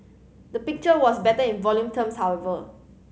the picture was better in volume terms however